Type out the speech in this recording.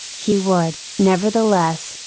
he would, nevertheless,